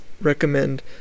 recommend